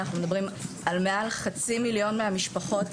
אנחנו מדברים על מעל חצי מיליון מהמשפחות,